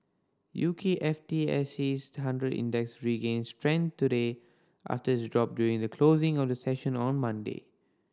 U K S F T S C hundred Index regained strength today after its drop during the closing of the session on Monday